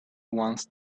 ones